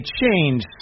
change